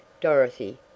Dorothy